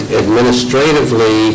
administratively